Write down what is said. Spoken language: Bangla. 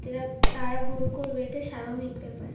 এটা তারা ভুল করবে এটাই স্বাভাবিক ব্যাপার